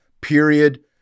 Period